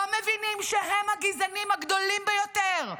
לא מבינים שהם הגזענים הגדולים ביותר.